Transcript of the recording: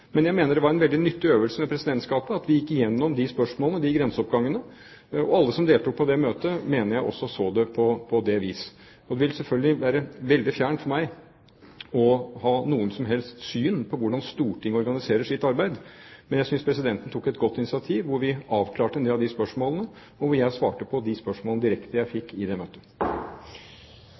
Jeg mener det var en veldig nyttig øvelse med Presidentskapet at vi gikk igjennom de spørsmålene, de grenseoppgangene, og alle som deltok på det møtet, mener jeg også så det på det viset. Det vil selvfølgelig være veldig fjernt for meg å ha noe som helst syn på hvordan Stortinget organiserer sitt arbeid. Men jeg synes presidenten tok et godt initiativ, hvor vi avklarte en del av disse spørsmålene, og hvor jeg svarte på de spørsmålene som jeg fikk i det møtet,